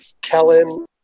Kellen